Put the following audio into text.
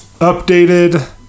updated